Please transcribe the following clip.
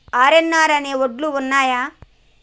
RNR అనే వడ్లు ఉన్నయా?